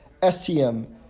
STM